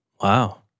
Wow